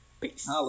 peace